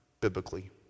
biblically